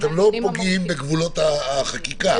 אתם לא פוגעים בגבולות החקיקה.